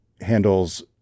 handles